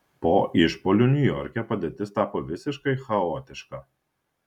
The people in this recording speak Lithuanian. po išpuolių niujorke padėtis tapo visiškai chaotiška